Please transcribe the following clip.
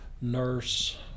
nurse